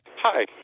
Hi